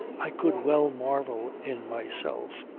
i could well marvel in myself,